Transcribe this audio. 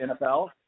NFL